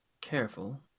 Careful